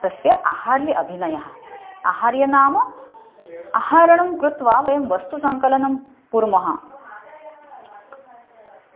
तस्य आहार्य अभिनयः आहार्यं नाम आहारणं कृत्वा वयं वस्तुसङ्कलनं कुर्मः